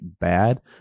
bad